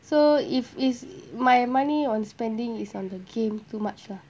so if is my money on spending is on the game too much lah